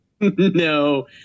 No